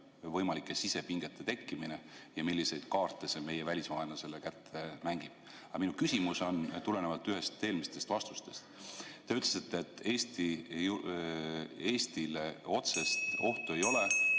võimalike sisepingete tekkimine ja milliseid kaarte see meie välisvaenlasele kätte mängib. Aga minu küsimus tuleneb ühest eelmisest vastusest. Te ütlesite, et (Juhataja helistab